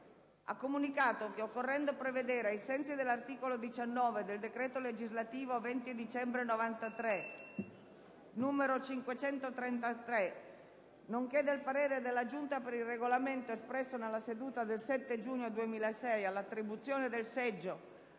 ha comunicato che, occorrendo provvedere, ai sensi dell'articolo 19 del decreto legislativo 20 dicembre 1993, n. 533, nonché del parere della Giunta per il Regolamento espresso nella seduta del 7 giugno 2006, all'attribuzione del seggio